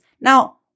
Now